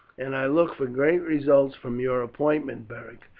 and i look for great results from your appointment, beric.